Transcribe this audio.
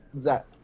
Zach